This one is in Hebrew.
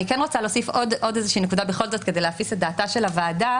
אני כן רוצה להוסיף עוד איזושהי נקודה כדי להפיס את דעתה של הוועדה.